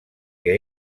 que